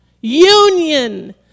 Union